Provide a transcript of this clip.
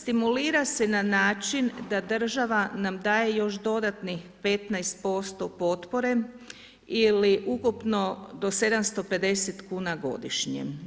Stimulira se na način da država nam daje još dodatnih 15% potpore ili ukupno do 750 kuna godišnje.